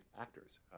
actors